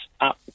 up